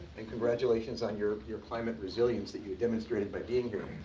and congratulations on your your climate resilience that you demonstrated by being here.